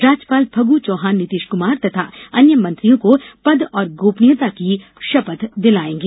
राज्यपाल फगु चौहान नीतीश कुमार तथा अन्य मंत्रियों को पद और गोपनीयता की शपथ दिलाएंगे